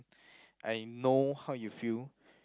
I know how you feel